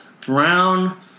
brown